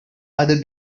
other